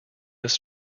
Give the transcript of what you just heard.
this